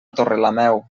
torrelameu